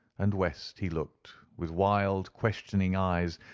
and west he looked with wild questioning eyes,